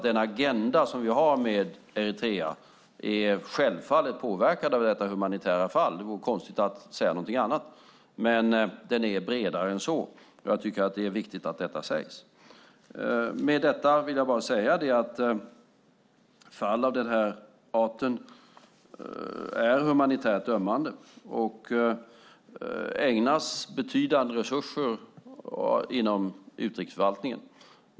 Den agenda som vi har med Eritrea är självfallet påverkat av detta humanitära fall - det vore konstigt att säga något annat - men den är bredare än så. Jag tycker att det är viktigt att detta sägs. Fall av den här arten är humanitärt ömmande och ägnas betydande resurser inom utrikesförvaltningen.